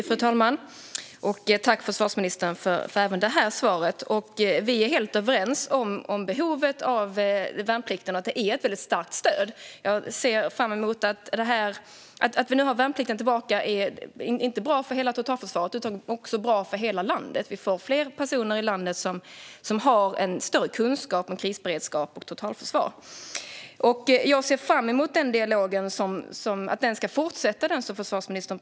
Fru talman! Jag vill tacka försvarsministern även för detta svar. Vi är helt överens om behovet av värnplikten och att den har ett mycket starkt stöd. Att vi nu har fått tillbaka värnplikten är bra inte bara för hela totalförsvaret utan för hela landet. Vi får fler personer i landet som har en större kunskap om krisberedskap och totalförsvar. Jag ser fram emot att den dialog som försvarsministern talar om ska fortsätta.